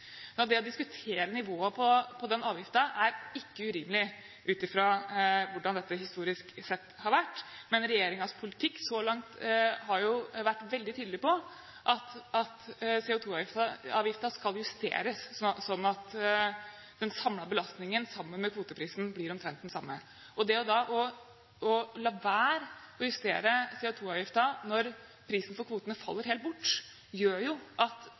siden. Å diskutere nivået på den avgiften er ikke urimelig, ut fra hvordan dette, historisk sett, har vært. Men regjeringens politikk så langt har vært veldig tydelig på at CO2-avgiften skal justeres, slik at den samlede belastningen sammen med kvoteprisen blir omtrent den samme. Det å la være å justere CO2-avgiften når prisen for kvotene faller helt bort, gjør jo at